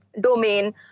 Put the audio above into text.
domain